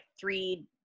three